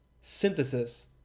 synthesis